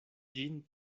ĝin